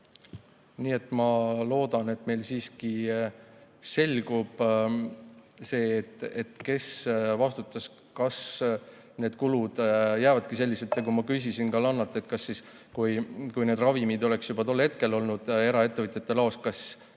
Nii et ma loodan, et siiski selgub see, kes vastutas ja kas need kulud jäävadki sellised. Ma küsisin ka Lannolt, et kui need ravimid oleksid juba tol hetkel olnud eraettevõtjate laos, kas ja